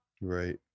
Right